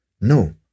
No